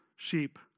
Sheep